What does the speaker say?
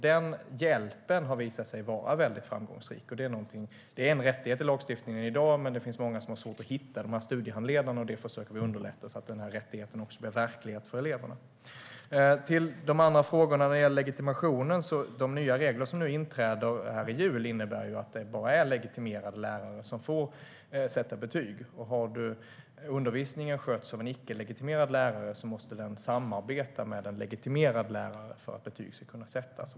Den hjälpen har visat sig vara mycket framgångsrik. Det är en rättighet i lagstiftningen i dag, men många har svårt att hitta studiehandledarna. Vi försöker underlätta så att rättigheten blir verklighet för eleverna. Sedan var det frågor om legitimationen. De nya regler som inträder i samband med jul innebär att det bara är legitimerade lärare som får sätta betyg. Om undervisningen sköts av icke legitimerad lärare måste denna samarbeta med en legitimerad lärare för att betyg ska kunna sättas.